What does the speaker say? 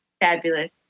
fabulous